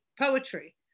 poetry